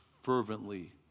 fervently